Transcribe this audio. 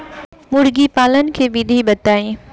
मुर्गीपालन के विधी बताई?